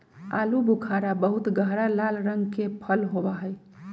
आलू बुखारा बहुत गहरा लाल रंग के फल होबा हई